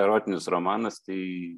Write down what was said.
erotinis romanas tai